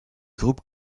groupes